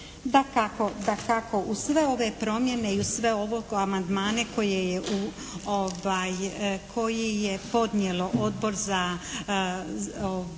Dakako, uz sve ove promjene i uz sve ove amandmane koje je podnijelo Odbor za